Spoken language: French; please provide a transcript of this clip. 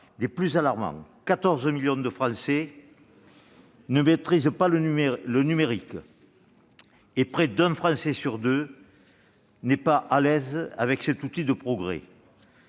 y était accablant : 14 millions de Français ne maîtrisent pas le numérique et près d'un Français sur deux n'est pas à l'aise avec cet outil de progrès